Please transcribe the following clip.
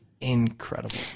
incredible